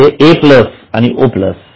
म्हणजे A plus आणि O plus